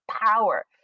power